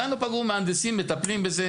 מהנדסים מטפלים בזה.